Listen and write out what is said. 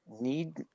need